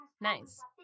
Nice